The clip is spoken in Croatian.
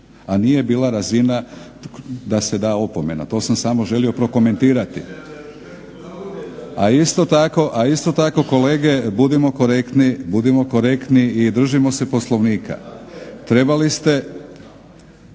A nije bila razina da se da opomena to sam samo želio prokomentirati. A isto tako kolege budimo korektni i držimo se Poslovnika. Trebali ste,